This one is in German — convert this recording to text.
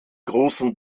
großen